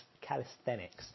calisthenics